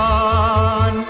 on